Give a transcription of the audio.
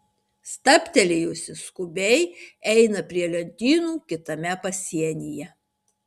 stabtelėjusi skubiai eina prie lentynų kitame pasienyje